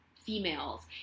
females